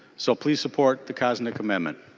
so please support the koznick amendment.